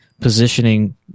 positioning